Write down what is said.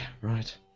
right